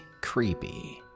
creepy